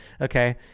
okay